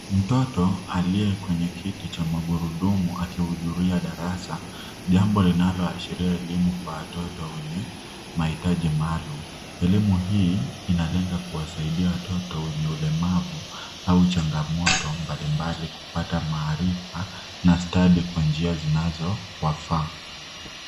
Mtoto aliye kwenye kiti cha magurudumu akihuduria darasa, jambo linaloasheria elimu kwa watoto wenye mahitaji maalum. Elimu hii inalenga kuwasaidia watoto wenye ulimavu au changamoto mbali mbali kupata maarifa na stadi kwa njia zinazo wavaa.